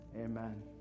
Amen